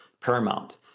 paramount